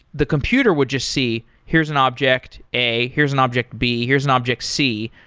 the computer would just see here's an object a, here's an object b, here's an object c.